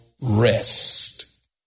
rest